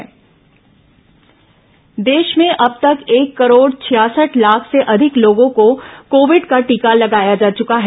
corona टीकाकरण देश में अब तक एक करोड़ छियासठ लाख से अधिक लोगों को कोविड का टीका लगाया जा चुका है